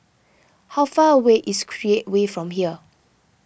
how far away is Create Way from here